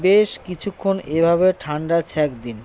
বেশ কিছুক্ষণ এভাবে ঠান্ডা ছ্যাঁক দিন